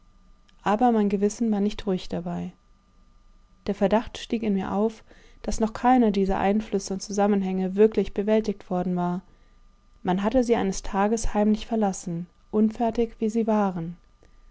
aber mein gewissen war nicht ruhig dabei der verdacht stieg in mir auf daß noch keiner dieser einflüsse und zusammenhänge wirklich bewältigt worden war man hatte sie eines tages heimlich verlassen unfertig wie sie waren